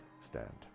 Stand